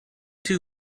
two